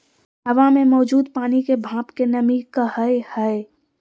हवा मे मौजूद पानी के भाप के नमी कहय हय